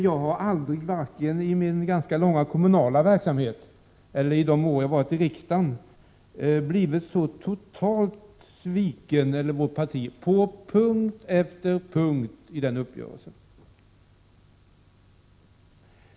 Jag har aldrig vare sig i min ganska långa kommunala verksamhet eller under mina år i riksdagen varit med om att mitt parti så totalt har svikits på punkt efter punkt.